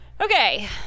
Okay